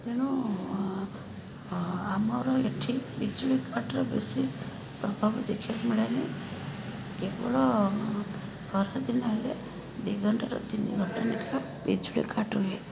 ତେଣୁ ଆମର ଏଠି ବିଜୁଳି କାଟ୍ର ବେଶୀ ପ୍ରଭାବ ଦେଖିବାକୁ ମିଳେନି କେବଳ ଖରାଦିନ ହେଲେ ଦୁଇଘଣ୍ଟାରୁ ତିନିଘଣ୍ଟା ଲେଖାଁ ବିଜୁଳି କାଟ୍ ହୁଏ